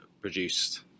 produced